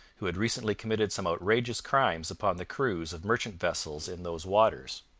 who had recently committed some outrageous crimes upon the crews of merchant vessels in those waters.